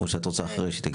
או שאת רוצה אחרי שהיא תגיד?